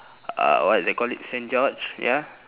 uh what they call it saint george ya